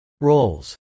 roles